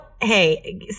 Hey